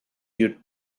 you